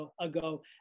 ago